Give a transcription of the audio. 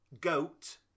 Goat